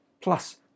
Plus